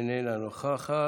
אינה נוכחת.